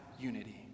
unity